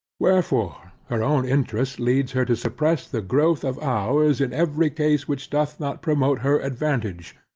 wherefore, her own interest leads her to suppress the growth of ours in every case which doth not promote her advantage,